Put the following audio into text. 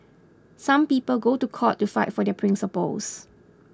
some people go to court to fight for their principles